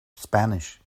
spanish